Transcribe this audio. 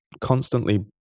constantly